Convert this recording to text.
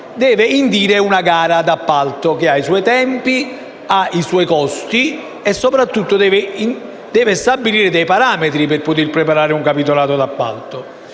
deve indire una gara di appalto, che ha i suoi tempi e costi, e soprattutto deve stabilire parametri precisi per poter preparare un capitolato d'appalto.